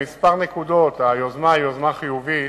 היוזמה היא יוזמה חיובית.